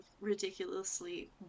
ridiculously